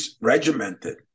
regimented